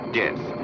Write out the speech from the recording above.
death